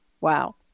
Wow